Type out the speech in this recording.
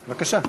בבקשה.